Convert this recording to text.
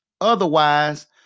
Otherwise